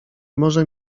może